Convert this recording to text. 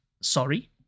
sorry